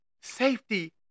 safety